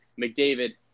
McDavid